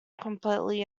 completely